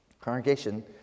Congregation